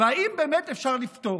והאם באמת אפשר לפתור?